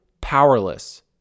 powerless